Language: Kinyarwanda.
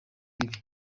bibi